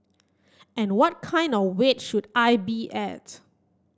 and what kind of weight should I be at